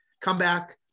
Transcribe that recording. comeback